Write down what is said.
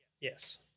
Yes